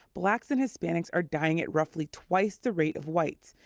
blacks and hispanics are dying at roughly twice the rate of whites.